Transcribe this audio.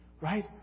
Right